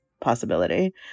possibility